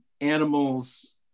animals